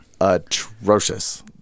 atrocious